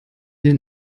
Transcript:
den